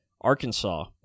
Arkansas